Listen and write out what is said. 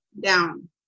down